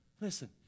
Listen